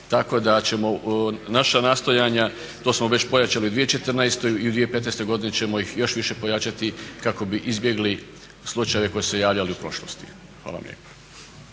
tako da ćemo naša nastojanja, to smo već pojačali 2014. i u 2015. godini ćemo ih još više pojačati kako bi izbjegli slučajeve koji su se javljali u prošlosti. Hvala vam lijepa.